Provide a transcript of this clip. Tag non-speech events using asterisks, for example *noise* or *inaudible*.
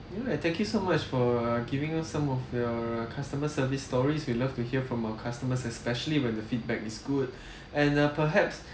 thank you so much for uh giving us some of your uh customer service stories we love to hear from our customers especially when the feedback is good *breath* and uh perhaps